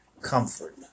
comfort